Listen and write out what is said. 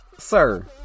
Sir